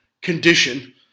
condition